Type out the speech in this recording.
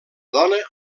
dona